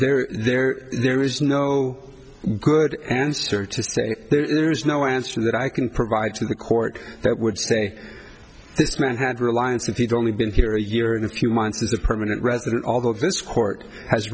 there there there is no good answer to say there's no answer that i can provide to the court that would say this man had reliance if he'd only been here a year in a few months as a permanent resident although this court has